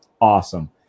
awesome